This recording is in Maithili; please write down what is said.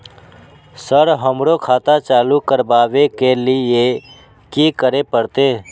सर हमरो खाता चालू करबाबे के ली ये की करें परते?